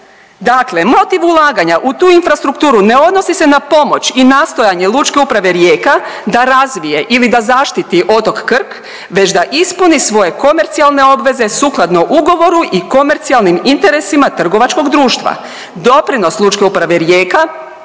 Dakle, motiv ulaganja u tu infrastrukturu ne odnosi se na pomoć i nastojanje Lučke uprave Rijeka da razvije ili da zaštiti otok Krk već da ispuni svoje komercijalne obveze sukladno ugovoru i komercijalnim interesima trgovačkog društva. Doprinos Lučke uprave Rijeka